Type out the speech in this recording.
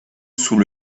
sous